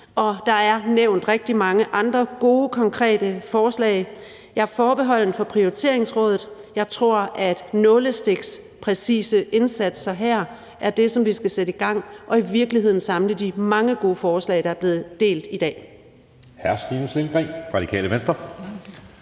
og der er nævnt rigtig mange andre gode konkrete forslag. Jeg er forbeholden over for Sundhedssektorens Prioriteringsråd. Jeg tror, at nålestikspræcise indsatser her er det, som vi skal sætte i gang, og at vi i virkeligheden skal samle de mange gode forslag, der er blevet delt i dag.